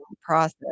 process